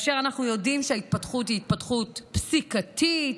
ואנחנו יודעים שההתפתחות היא התפתחות פסיקתית,